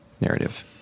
narrative